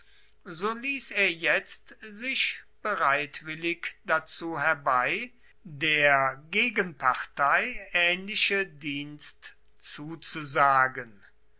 so ließ er jetzt sich bereitwillig dazu herbei der gegenpartei ähnliche dienst zuzusagen